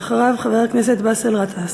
ואחריו, חבר הכנסת באסל גטאס.